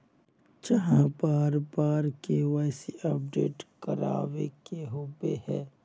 चाँह बार बार के.वाई.सी अपडेट करावे के होबे है?